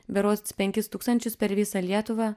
berods penkis tūkstančius per visą lietuvą